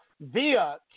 via